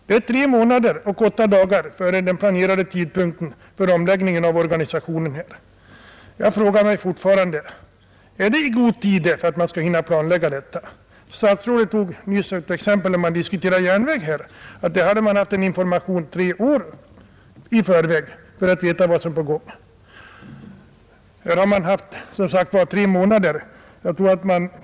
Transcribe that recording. Det är tre månader och åtta dagar före den planerade omläggningen av organisationen. Jag frågar mig fortfarande: Är det i god tid för att man skall hinna planlägga detta? Kommunikationsministern nämnde nyss att när man diskuterade nedläggning av en järnväg lämnades information tre år i förväg. Här har man, som sagt, haft tre månader.